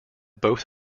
both